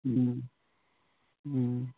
ꯎꯝ ꯎꯝ